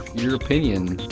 your opinion,